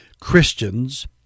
Christians